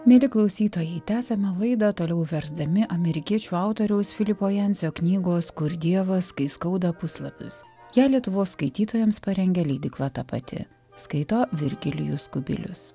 mieli klausytojai tęsiame laidą toliau versdami amerikiečių autoriaus filipo jancio knygos kur dievas kai skauda puslapius ją lietuvos skaitytojams parengė leidykla tapati skaito virgilijus kubilius